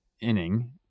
inning